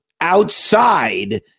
outside